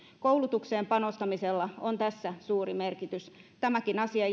koulutukseen panostamisella on tässä suuri merkitys tämäkin asia